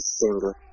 single